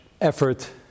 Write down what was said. effort